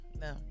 no